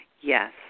Yes